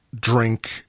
drink